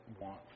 want